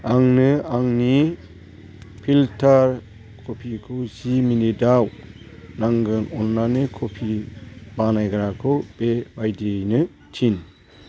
आंनो आंनि फिलटार कफिखौ जि मिनिटआव नांगोन अननानै कफि बानायग्राखौ बे बायदियैनो थिन